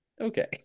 Okay